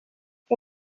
que